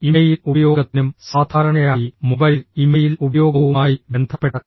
email ഉപയോഗത്തിനും സാധാരണയായി mobile email ഉപയോഗവുമായി ബന്ധപ്പെട്ട്